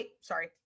Sorry